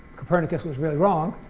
copernicus was really wrong.